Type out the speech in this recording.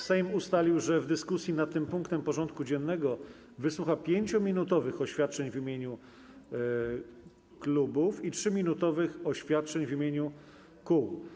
Sejm ustalił, że w dyskusji nad tym punktem porządku dziennego wysłucha 5-minutowych oświadczeń w imieniu klubów i 3-minutowych oświadczeń w imieniu kół.